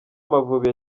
amavubi